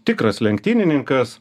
tikras lenktynininkas